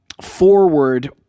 forward